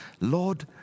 Lord